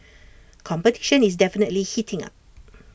competition is definitely heating up